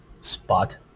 spot